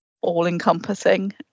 all-encompassing